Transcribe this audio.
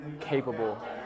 capable